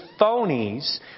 phonies